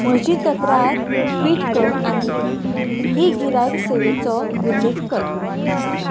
म्हजी तक्रार ट्वीट कर आनी हे गिरायक सेवेचो उल्लेख कर